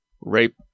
rape